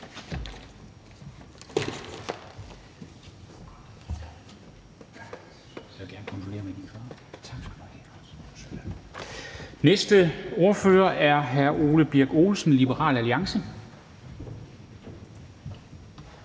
næste ordfører er hr. Ole Birk Olesen, Liberal Alliance.